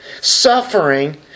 suffering